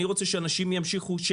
אני רוצה שאנשים ימשיכו להגיע,